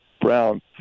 brown